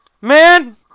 man